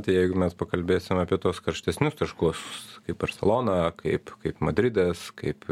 tai jeigu mes pakalbėsim apie tuos karštesnius taškus kaip barselona kaip kaip madridas kaip